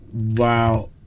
Wow